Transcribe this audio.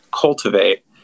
cultivate